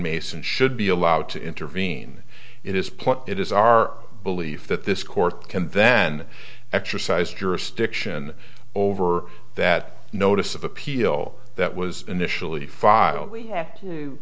mason should be allowed to intervene in this point it is our belief that this court can then exercise jurisdiction over that notice of appeal that was initially filed we have to